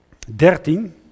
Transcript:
13